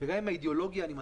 וגם עם האידיאולוגיה אני מסכים.